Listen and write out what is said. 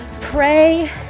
Pray